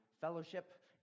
fellowship